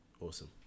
awesome